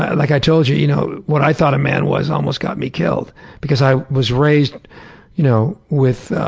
like i told you you know what i thought a man was almost got me killed because i was raised you know with,